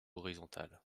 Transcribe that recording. horizontal